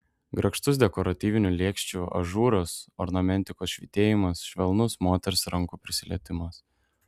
grakštus dekoratyvinių lėkščių ažūras ornamentikos švytėjimas švelnus moters rankų prisilietimas